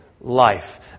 life